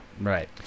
Right